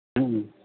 ᱦᱮᱸ